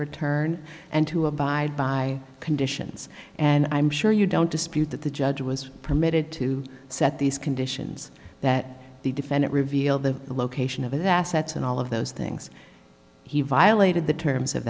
return and to abide by conditions and i'm sure you don't dispute that the judge was permitted to set these conditions that the defendant reveal the location of assets and all of those things he violated the terms of